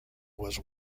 was